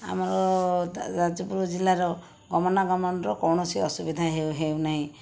ଆମର ଯାଜପୁର ଜିଲ୍ଲାର ଗମନାଗମନର କୌଣସି ଅସୁବିଧା ହେଉ ହେଉନାହିଁ